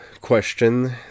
question